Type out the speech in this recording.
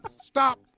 Stop